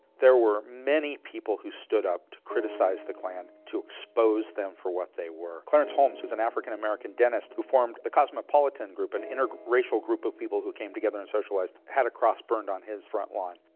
there were many people who stood up to criticize the klan, to expose them for what they were. clarence holmes was an african american dentist who formed the cosmopolitan group, an interracial group of people who came together and socialized had a cross burned on his front lawn.